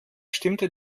stimmte